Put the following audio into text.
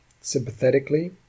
sympathetically